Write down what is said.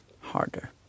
harder